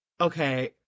Okay